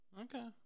Okay